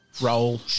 Roll